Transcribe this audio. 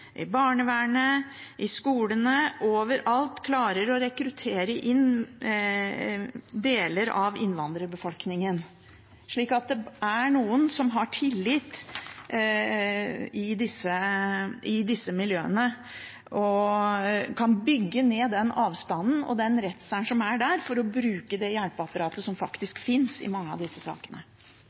i barnevernet og i skolene – overalt – klarer å rekruttere inn deler av innvandrerbefolkningen, slik at det er noen som har tillit i disse miljøene og kan bygge ned avstanden og den redselen som er der for å bruke det hjelpeapparatet som faktisk finnes i mange av disse sakene.